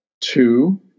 two